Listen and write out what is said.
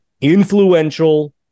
influential